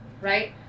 right